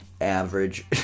average